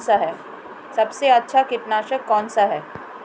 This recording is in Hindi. सबसे अच्छा कीटनाशक कौनसा है?